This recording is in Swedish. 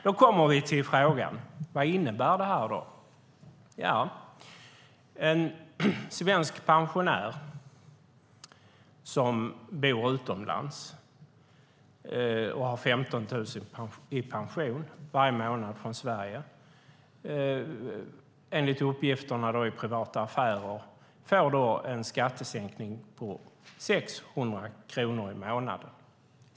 Då kommer vi till frågan: Vad innebär då det här? Jo, en svensk pensionär som bor utomlands och har 15 000 i pension varje månad från Sverige får, enligt uppgift i Privata Affärer, en skattesänkning på 600 kronor i månaden.